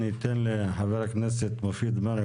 אני אתן לחבר הכנסת מופיד מרעי,